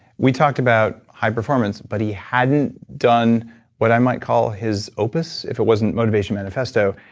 we talked about high performance, but he hadn't done what i might call his opus, if it wasn't motivation manifesto,